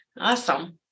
Awesome